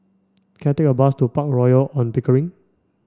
can I take a bus to Park Royal On Pickering